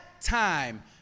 time